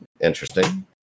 interesting